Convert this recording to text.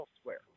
elsewhere